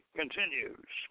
continues